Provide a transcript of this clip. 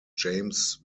james